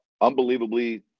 Unbelievably